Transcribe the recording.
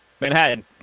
Manhattan